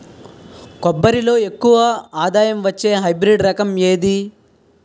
కొబ్బరి లో ఎక్కువ ఆదాయం వచ్చే హైబ్రిడ్ రకం ఏది?